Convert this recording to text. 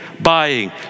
buying